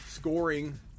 Scoring